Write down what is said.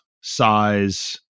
size